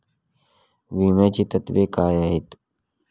विम्याची तत्वे काय आहेत?